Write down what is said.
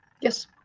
Yes